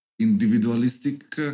individualistic